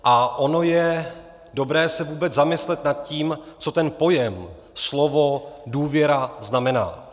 A ono je dobré se vůbec zamyslet nad tím, co ten pojem, slovo důvěra, znamená.